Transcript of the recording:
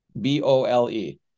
B-O-L-E